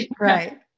right